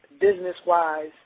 business-wise